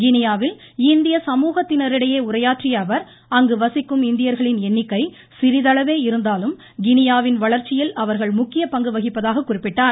கினியாவில் இந்திய சமூகத்தினாிடையே உரையாற்றிய அவர் அங்கு வசிக்கும் இந்தியா்களின் எண்ணிக்கை சிறிதளவே இருந்தாலும் கினியாவின் வளர்ச்சியில் அவர்கள் முக்கிய பங்கு வகிப்பதாக குறிப்பிட்டார்